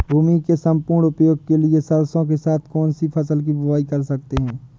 भूमि के सम्पूर्ण उपयोग के लिए सरसो के साथ कौन सी फसल की बुआई कर सकते हैं?